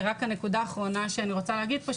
הנקודה האחרונה שאני רוצה להגיד פה,